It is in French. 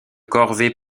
corvées